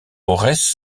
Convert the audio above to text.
ores